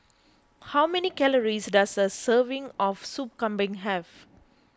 how many calories does a serving of Sup Kambing have